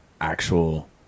actual